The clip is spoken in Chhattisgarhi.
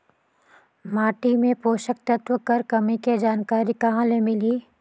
माटी मे पोषक तत्व कर कमी के जानकारी कहां ले मिलही?